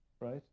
right